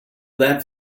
that